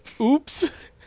Oops